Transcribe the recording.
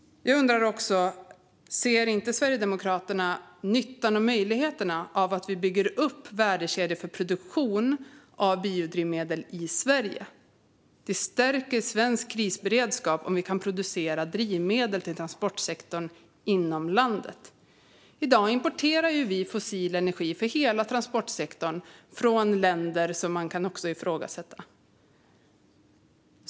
Ser inte Sverigedemokraterna nyttan och möjligheterna av att vi bygger upp värdekedjor för produktion av biodrivmedel i Sverige? Det stärker svensk krisberedskap om vi kan producera drivmedel till transportsektorn inom landet. I dag importerar vi fossil energi för hela transportsektorn från länder som man kan ifrågasätta.